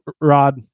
Rod